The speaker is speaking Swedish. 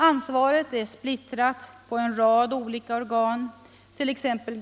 Ansvaret är splittrat på en rad olika organ —t.ex.